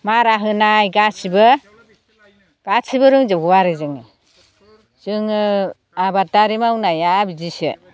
मारा होनाय गासिबो गासिबो रोंजोबगौ आरो जोङो जोङो आबादारि मावनाया बिदिसो